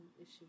issue